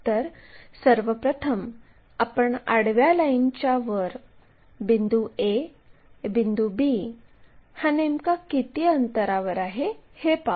तर सर्वप्रथम आपण आडव्या प्लेनच्या वर बिंदू A बिंदू B हा नेमका किती अंतरावर आहे हे पाहू